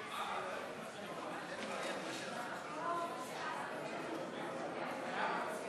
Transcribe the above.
ההצעה להעביר את הצעת חוק ההוצאה לפועל (תיקון מס' 54),